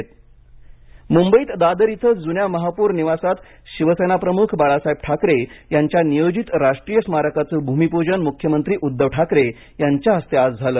ठाकरे स्मारक भूमिपूजन मुंबईत दादर इथं जुन्या महापौर निवासात शिवसेनाप्रमुख बाळासाहेब ठाकरे यांच्या नियोजित राष्ट्रीय स्मारकाचं भूमिपूजन मुख्यमंत्री उद्धव ठाकरे यांच्या हस्ते आज झालं